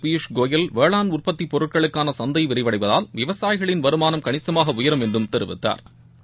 பிபூஷ்கோயல் வேளான் உற்பத்திப் பொருட்களுக்கான சந்தை விரிவடைவதால் விவசாயிகளின் வருமானம் கணிசமாக உயரும் என்றும் தெரிவித்தாா்